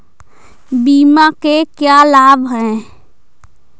बीमा के क्या लाभ हैं?